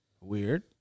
Weird